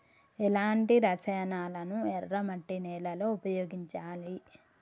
ఎలాంటి రసాయనాలను ఎర్ర మట్టి నేల లో ఉపయోగించాలి?